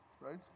right